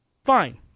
Fine